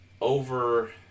over